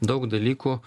daug dalykų